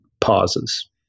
pauses